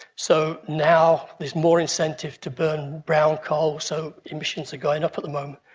so now there's more incentive to burn brown coal, so emissions are going up at the moment.